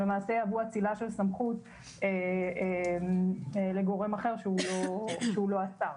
למעשה יהוו אצילה של סמכות לגורם אחר שהוא לא השר,